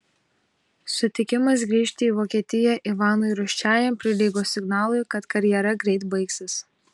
sutikimas grįžti į vokietiją ivanui rūsčiajam prilygo signalui kad karjera greit baigsis